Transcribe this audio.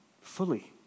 fully